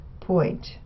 point